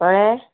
कळें